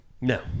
No